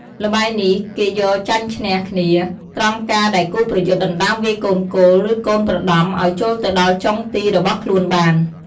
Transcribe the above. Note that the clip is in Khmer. ល្បែងនេះ គេយកចាញ់ឈ្នះគ្នា ត្រង់ការដែលគូប្រយុទ្ធដណ្តើមវាយកូនគោល ឬកូនប្រដំឲ្យចូលទៅដល់់ចុងទីរបស់ខ្លួនបាន។